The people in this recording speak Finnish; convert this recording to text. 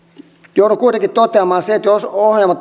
joudun kuitenkin toteamaan sen että jos ohjaamo